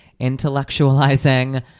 intellectualizing